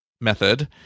method